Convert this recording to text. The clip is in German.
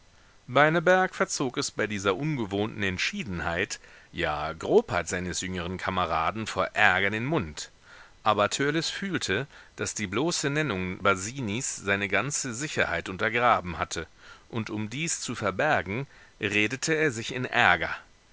beineberg verzog es bei dieser ungewohnten entschiedenheit ja grobheit seines jüngeren kameraden vor ärger den mund aber törleß fühlte daß die bloße nennung basinis seine ganze sicherheit untergraben hatte und um dies zu verbergen redete er sich in ärger